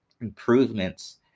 improvements